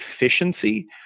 efficiency